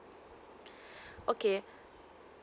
okay